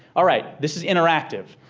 alright, this is interactive.